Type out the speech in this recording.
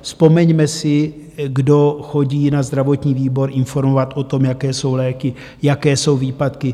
Vzpomeňme si, kdo chodí na zdravotní výbor informovat o tom, jaké jsou léky, jaké jsou výpadky.